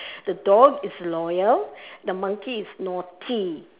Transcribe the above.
the dog is loyal the monkey is naughty